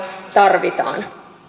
tarvitaan